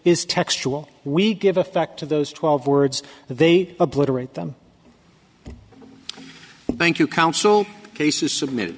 is textual we give effect to those twelve words they obliterate them thank you counsel cases submitted